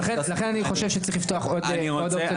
ולכן אני חושב שצריך לפתוח עוד אופציות בארץ.